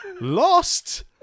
Lost